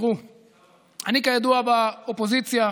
אני, כידוע, באופוזיציה.